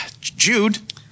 Jude